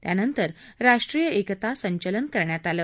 त्यानंतर राष्ट्रीय एकता संचलन करण्यात आलं